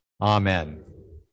Amen